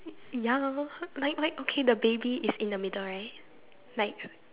ya like like okay the baby is in the middle right like